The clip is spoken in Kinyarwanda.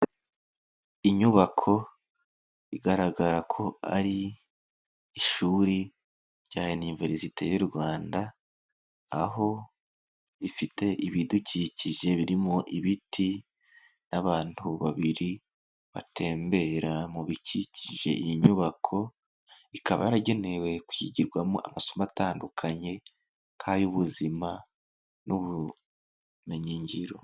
Inyubako igaragara ko ari ishuri rya univerisite y'u Rwanda, aho ifite ibidukikije birimo ibiti n'abantu babiri batembera mu bikikije iyi nyubako, ikaba yaragenewe kwigirwamo amasomo atandukanye nk'ay'ubuzima n'ubumenyingiro.